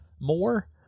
more